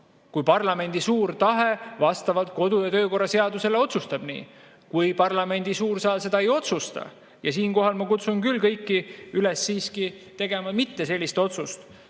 kui parlamendi suur tahe vastavalt kodu‑ ja töökorra seadusele nii otsustab. Kui parlamendi suur saal seda ei otsusta ... Siinkohal ma kutsun küll kõiki üles siiski tegema mitte sellist otsust,